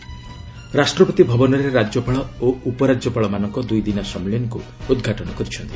ରାଷ୍ଟ୍ରପତି ଭବନରେ ରାଜ୍ୟପାଳ ଓ ଉପରାଜ୍ୟପାଳମାନଙ୍କ ଦୁଇଦିନିଆ ସମ୍ମିଳନୀକ୍ ଉଦ୍ଘାଟନ କରିଛନ୍ତି